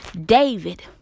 David